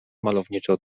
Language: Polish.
malowniczo